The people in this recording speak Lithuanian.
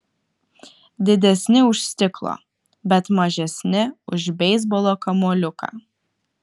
didesni už stiklo bet mažesni už beisbolo kamuoliuką